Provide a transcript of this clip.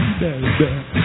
baby